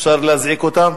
אפשר להזעיק אותם?